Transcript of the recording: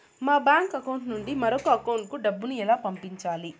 మా bank account నుండి మరొక అకౌంట్ కు డబ్బును ఎలా పంపించాలి